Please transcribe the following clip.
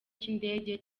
cy’indege